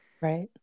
Right